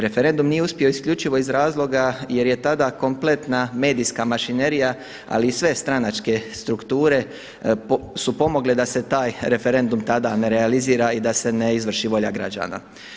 Referendum nije uspio isključivo iz razloga jer je tada kompletna medijska mašinerija, ali i sve stranačke strukture su pomogle da se taj referendum tada ne realizira i da se ne izvrši volja građana.